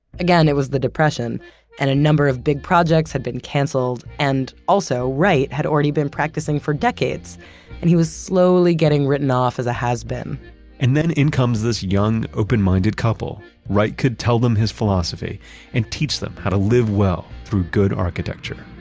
again, it was the depression and a number of big projects had been canceled and also wright had already been practicing for decades and he was slowly getting written off as a has-been and then in comes this young, open-minded couple. wright, could tell them his philosophy and teach them how to live well through good architecture